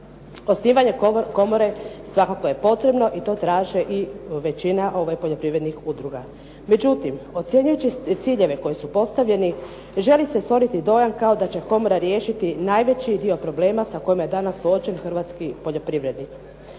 Osnivanje komore svakako je potrebno i to traži i većina poljoprivrednih udruga. Međutim, ocjenjujući ciljeve koji su postavljeni želi se stvoriti dojam kao da će komora riješiti najveći dio problema sa kojima je danas suočen hrvatski poljoprivrednik.